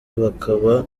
bakaba